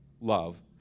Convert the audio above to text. love